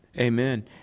amen